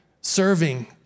serving